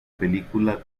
película